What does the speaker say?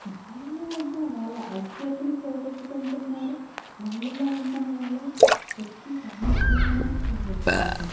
వాళ్ళలో ఉన్న వాళ్ళ ఐక్యతని పోగొట్టుకుంటున్నారు వాళ్ళలో ఉన్న వాళ్ళ శక్తి సామర్థ్యాలని పోగొట్టుకుంటున్నారు